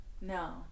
No